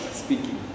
speaking